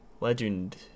*Legend*